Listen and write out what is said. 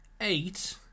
eight